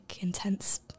intense